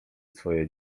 swoje